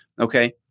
okay